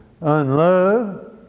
unloved